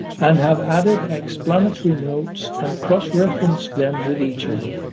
and have added explanatory notes and cross-referenced them with each other,